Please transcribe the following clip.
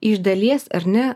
iš dalies ar ne